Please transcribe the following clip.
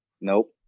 Nope